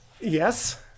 yes